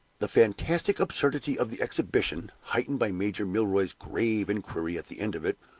the fantastic absurdity of the exhibition, heightened by major milroy's grave inquiry at the end of it,